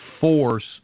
force